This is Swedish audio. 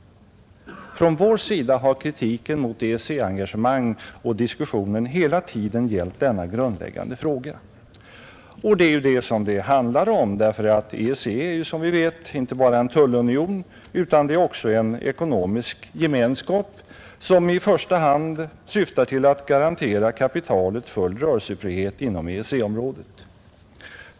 Vår kritik mot ett EEC-engagemang har hela tiden gällt denna grundläggande fråga. Det är ju vad det handlar om; EEC är, som vi vet, inte bara en tullunion utan också en ekonomisk gemenskap som i första hand syftar till att garantera kapitalet full rörelsefrihet inom EEC-området,.